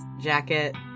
jacket